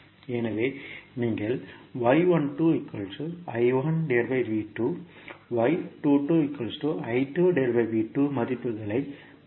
எனவே நீங்கள் மதிப்புகளைப் பெறுவீர்கள்